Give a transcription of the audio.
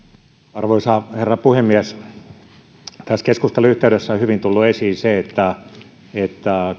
arvoisa herra puhemies tässä keskustelun yhteydessä on hyvin tullut esiin se että että